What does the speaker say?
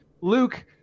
Luke